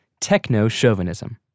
techno-chauvinism